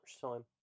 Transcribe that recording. time